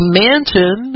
mansion